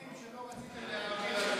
תקציב 2020, שלא רצית להעביר, אתה